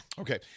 Okay